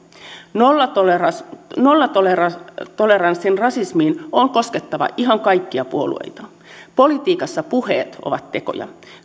nollatoleranssin nollatoleranssin rasismiin on koskettava ihan kaikkia puolueita politiikassa puheet ovat tekoja